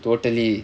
totally